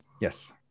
Yes